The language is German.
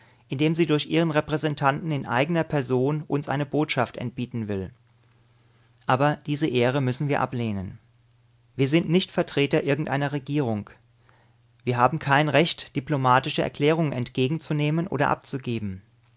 indem sie durch ihren repräsentanten in eigener person uns eine botschaft entbieten will aber diese ehre müssen wir ablehnen wir sind nicht vertreter irgendeiner regierung wir haben kein recht diplomatische erklärungen entgegenzunehmen oder abzugeben